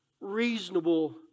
reasonable